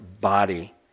body